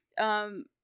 Um-